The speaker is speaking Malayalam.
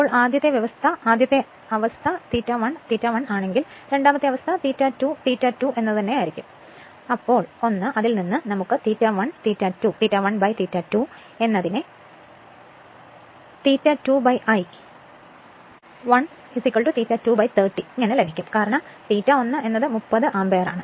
അതിനാൽ ആദ്യത്തെ അവസ്ഥ ∅1 ∅1 ആണെങ്കിൽ രണ്ടാമത്തെ അവസ്ഥ അത് ∅2 ∅2 ആണ് അതിൽ നിന്ന് നമുക്ക് ∅1 ∅ 2 ∅2 I 1 ∅2 30 ലഭിക്കും കാരണം ∅ 1 30 ആമ്പിയർ